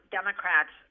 Democrats